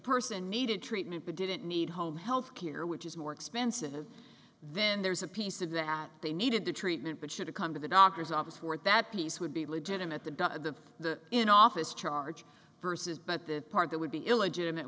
person needed treatment who didn't need home health care which is more expensive and then there's a piece of that they needed the treatment but should it come to the doctor's office who are that piece would be legitimate the the in office charge versus but the part that would be illegitimate